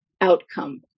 outcome